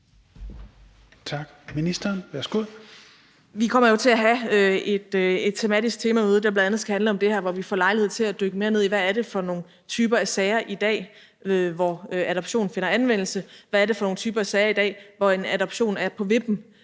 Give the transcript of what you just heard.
(Astrid Krag): Vi kommer jo til at have et tematisk møde, der bl.a. skal handle om det her, og hvor vi får lejlighed til at dykke mere ned i, hvad det er for nogle typer af sager i dag, hvor adoption finder anvendelse; hvad det er for nogle typer af sager i dag, hvor en adoption er på vippen